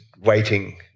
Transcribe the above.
waiting